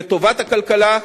לטובת הכלכלה,